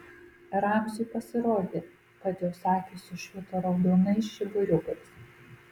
ramziui pasirodė kad jos akys sušvito raudonais žiburiukais